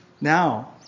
now